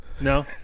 no